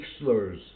slurs